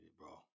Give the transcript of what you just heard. bro